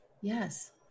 Yes